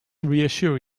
reassure